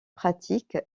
pratique